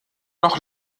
noch